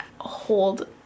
hold